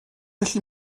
gallu